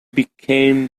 became